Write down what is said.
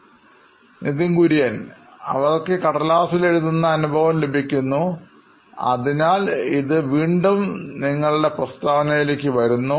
നിതിൻ കുര്യൻ സിഒയു നോയിൻ ഇലക്ട്രോണിക്സ് അവർക്ക് കടലാസിൽ എഴുതുന്ന അനുഭവം ലഭിക്കുന്നു അതിനാൽ ഇത് വീണ്ടും നിങ്ങളുടെ പ്രസ്താവനയിലേക്ക് വരുന്നു